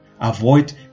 Avoid